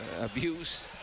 abuse